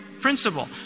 principle